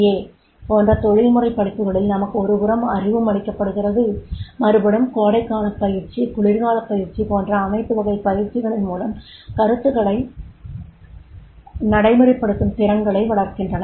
ஏ போன்ற தொழில்முறை படிப்புகளில் நமக்கு ஒருபுறம் அறிவும் அளிக்கப்படுகிறது மறுபுறம் கோடைகால பயிற்சி குளிர்கால பயிற்சி போன்ற அனைத்து வகைப் பயிற்சிகளின் மூலம் கருத்துகளை நடைமுறைப் படுத்தும் திறன்களை வளர்க்கின்றன